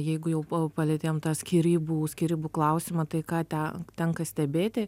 jeigu jau po palietėm tą skyrybų skyrybų klausimą tai ką ten tenka stebėti